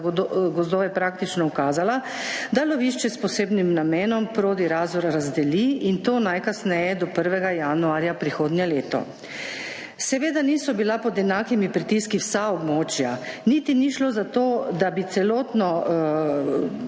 gozdove praktično ukazala, da lovišče s posebnim namenom Proti Razor razdeli in to najkasneje do 1. januarja prihodnje leto. Seveda niso bila pod enakimi pritiski vsa območja, niti ni šlo za to, da bi celotno